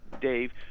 Dave